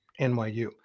NYU